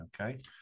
okay